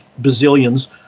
bazillions